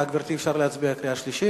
גברתי, אפשר להצביע בקריאה שלישית?